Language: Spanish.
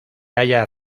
haya